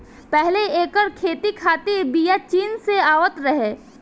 पहिले एकर खेती खातिर बिया चीन से आवत रहे